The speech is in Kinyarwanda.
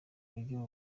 buryo